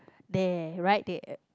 there right there